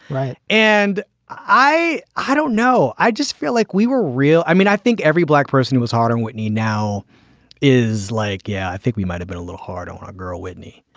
right. and i i don't know, i just feel like we were real i mean, i think every black person was hard on whitney now is like, yeah, i think we might have been a little hard on our girl whitney.